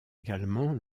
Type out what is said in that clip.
également